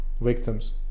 victims